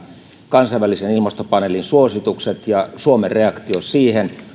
kansainvälisen ilmastopaneelin suositukset ja suomen reaktio niihin on